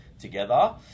together